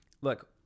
look